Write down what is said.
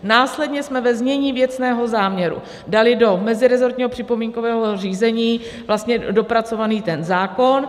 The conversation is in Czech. Následně jsme ve znění věcného záměru dali do meziresortního připomínkového řízení dopracovaný zákon.